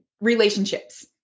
relationships